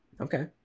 okay